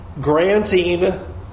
granting